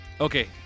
Okay